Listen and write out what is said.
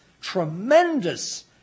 tremendous